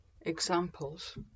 Examples